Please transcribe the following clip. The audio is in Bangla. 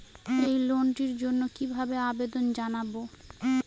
এই লোনটির জন্য কিভাবে আবেদন জানাবো?